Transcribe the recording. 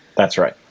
that's right.